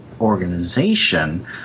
organization